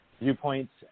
viewpoints